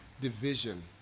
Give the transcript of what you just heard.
Division